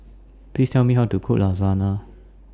Please Tell Me How to Cook Lasagna